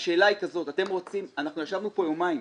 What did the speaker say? אנחנו ישבנו פה יומיים.